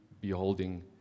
beholding